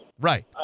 Right